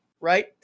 right